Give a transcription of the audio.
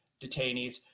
detainees